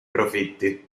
profitti